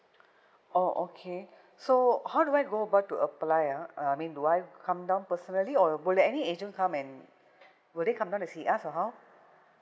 orh okay so how do I go about to apply ah I mean do I come down personally or would any agent come and would they come down to see us or how